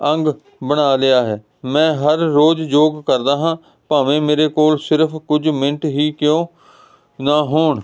ਅੰਗ ਬਣਾ ਲਿਆ ਹੈ ਮੈਂ ਹਰ ਰੋਜ਼ ਯੋਗ ਕਰਦਾ ਹਾਂ ਭਾਵੇਂ ਮੇਰੇ ਕੋਲ ਸਿਰਫ ਕੁਝ ਮਿੰਟ ਹੀ ਕਿਉਂ ਨਾ ਹੋਣ